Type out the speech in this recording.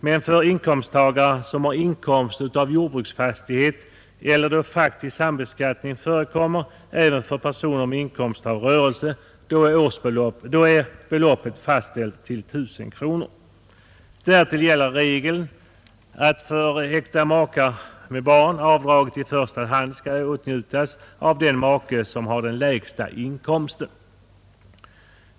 Men för inkomsttagare som har inkomst av jordbruksfastighet eller då faktisk sambeskattning förekommer även för personer med inkomst av rörelse är beloppet fastställt till 1 000 kronor. Därtill gäller regeln att för äkta makar med barn avdraget i första hand skall åtnjutas av den make som har den lägsta inkomsten.